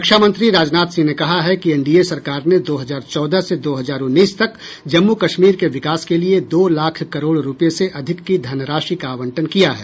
रक्षामंत्री राजनाथ सिंह ने कहा है कि एनडीए सरकार ने दो हजार चौदह से दो हजार उन्नीस तक जम्मू कश्मीर के विकास के लिए दो लाख करोड़ रुपये से अधिक की धनराशि का आवंटन किया है